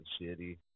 Shitty